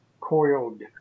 coiled